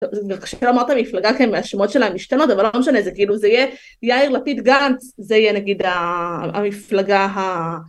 זה קשה לומר את המפלגה כי הן, השמות שלהן משתנות, אבל לא משנה - זה כאילו זה יהיה יאיר לפיד-גנץ, זה יהיה נגיד ה... המפלגה ה...